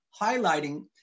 highlighting